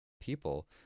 people